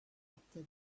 after